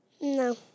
No